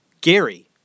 Gary